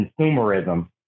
consumerism